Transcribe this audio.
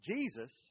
Jesus